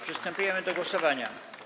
Przystępujemy do głosowania.